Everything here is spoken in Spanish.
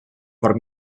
por